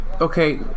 Okay